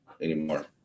anymore